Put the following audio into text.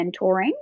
mentoring